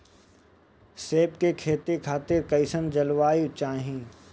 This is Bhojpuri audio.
सेब के खेती खातिर कइसन जलवायु चाही?